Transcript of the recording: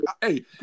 hey